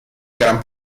gran